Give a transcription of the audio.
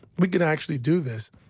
we can actually do this.